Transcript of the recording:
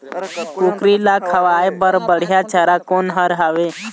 कुकरी ला खवाए बर बढीया चारा कोन हर हावे?